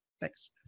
Thanks